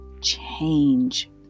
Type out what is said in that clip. change